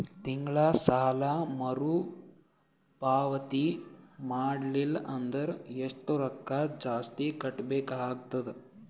ತಿಂಗಳ ಸಾಲಾ ಮರು ಪಾವತಿ ಮಾಡಲಿಲ್ಲ ಅಂದರ ಎಷ್ಟ ರೊಕ್ಕ ಜಾಸ್ತಿ ಕಟ್ಟಬೇಕಾಗತದ?